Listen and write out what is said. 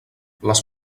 les